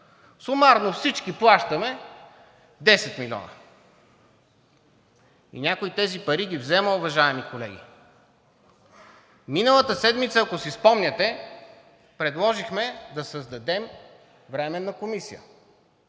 Сумарно всички плащаме 10 милиона и някой тези пари ги взема, уважаеми колеги. Миналата седмица, ако си спомняте, предложихме да създадем временна комисия,